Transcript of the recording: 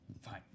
Fine